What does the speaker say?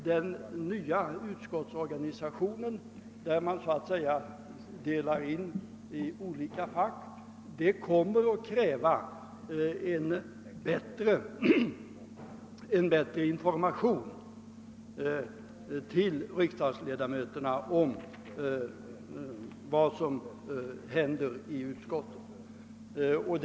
Den nya utskottsorganisationen, där man delar in i olika fack, kommer att kräva en bättre information till ledamöterna om vad som händer i de olika utskotten.